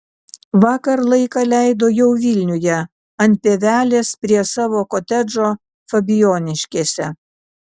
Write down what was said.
vakar laiką leido jau vilniuje ant pievelės prie savo kotedžo fabijoniškėse